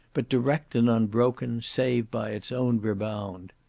but direct and unbroken, save by its own rebound.